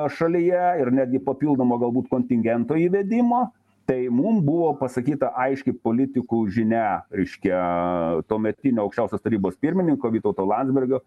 šalyje ir netgi papildomo galbūt kontingento įvedimo tai mum buvo pasakyta aiškiai politikų žinia reiškia tuometinio aukščiausiosios tarybos pirmininko vytauto landsbergio